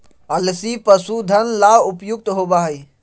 अलसी पशुधन ला उपयुक्त होबा हई